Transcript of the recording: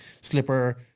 slipper